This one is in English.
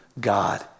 God